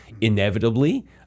inevitably